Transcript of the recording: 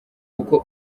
kuki